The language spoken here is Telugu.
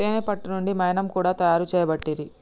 తేనే పట్టు నుండి మైనం కూడా తయారు చేయబట్టిరి